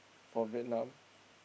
for Vietnam